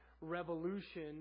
revolution